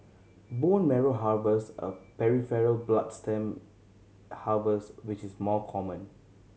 bone marrow harvest a peripheral blood stem harvest which is more common